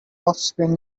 offspring